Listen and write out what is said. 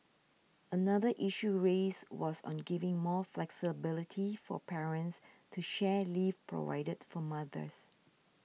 another issue raised was on giving more flexibility for parents to share leave provided for mothers